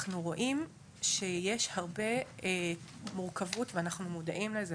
אנחנו רואים שיש הרבה מורכבות ואנחנו מודעים לזה,